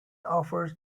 offers